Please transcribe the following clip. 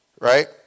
right